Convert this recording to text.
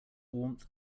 warmth